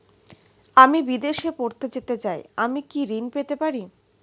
আমি বিদেশে পড়তে যেতে চাই আমি কি ঋণ পেতে পারি?